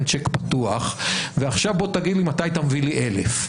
צ'ק פתוח ועכשיו בוא תגיד לי מתי אתה מביא לי 1,000,